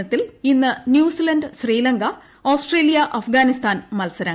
ഇനത്തിൽ ഇന്ന് New Zealand Sri Lanka Australia Afghanistan മൽസരങ്ങൾ